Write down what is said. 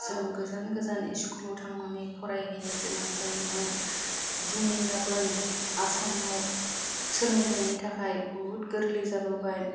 जों गोजान गोजान स्कुलाव थांनानै फरायहैनोगोनां जायोमोन दिनै गाबोन आसामाव सोलोंथाइनि थाखाय बहुद गोरलै जाबोबाय